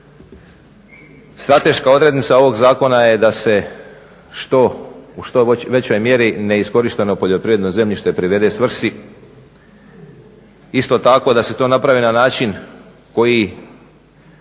Strateška odrednica ovog zakona je da se u što većoj mjeri neiskorišteno poljoprivredno zemljište privede svrsi. Isto tako da se to napravi na način koji